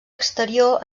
exterior